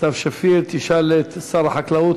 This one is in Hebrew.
סתיו שפיר תשאל את שר החקלאות,